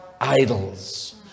idols